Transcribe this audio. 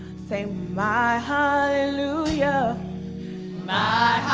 say my hallelujah my